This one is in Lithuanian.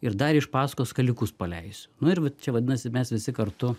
ir dar iš paskos skalikus paleisiu nu ir vat čia vadinasi mes visi kartu